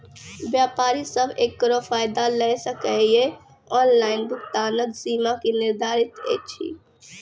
व्यापारी सब एकरऽ फायदा ले सकै ये? ऑनलाइन भुगतानक सीमा की निर्धारित ऐछि?